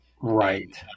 Right